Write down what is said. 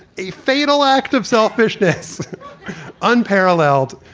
a fatal act of selfishness unparalleled.